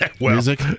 music